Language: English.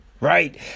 right